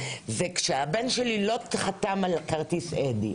וכשהבן שלי לא חתם על כרטיס אדי,